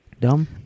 dumb